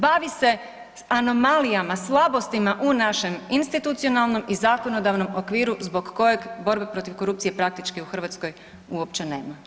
Bavi se anomalijama, slabostima u našem institucionalnom i zakonodavnom okviru zbog kojeg borbe protiv korupcije praktički u Hrvatskoj uopće nema.